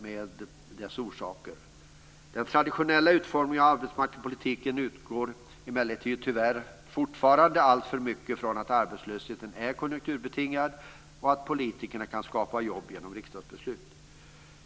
Vid utformningen av den traditionella arbetsmarknadspolitiken utgår man emellertid tyvärr fortfarande alltför mycket från att arbetslösheten är konjunkturbetingad och att politikerna kan skapa nya jobb genom riksdagsbeslut.